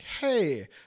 Hey